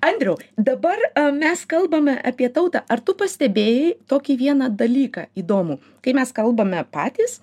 andriau dabar mes kalbame apie tautą ar tu pastebėjai tokį vieną dalyką įdomų kai mes kalbame patys